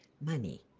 Money